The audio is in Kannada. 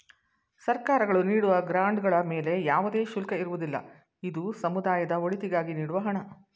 ಸರ್ಕಾರಗಳು ನೀಡುವ ಗ್ರಾಂಡ್ ಗಳ ಮೇಲೆ ಯಾವುದೇ ಶುಲ್ಕ ಇರುವುದಿಲ್ಲ, ಇದು ಸಮುದಾಯದ ಒಳಿತಿಗಾಗಿ ನೀಡುವ ಹಣ